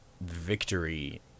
victory